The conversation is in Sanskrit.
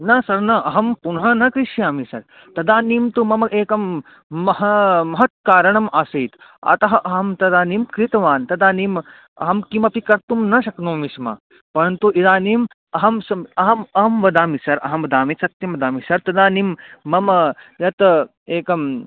न सर् न अहं पुनः न क्रेष्यामि सर् तदानीं तु मम एकं महत् महत् कारणम् आसीत् अतः अहं तदानीं क्रीतवान् तदानीम् अहं किमपि कर्तुं न शक्नोमि स्म परन्तु इदानीम् अहं सं अहम् अहं वदामि सर् अहं वदामि सत्यं वदामि सर् तदानीं मम यत् एकम्